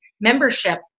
membership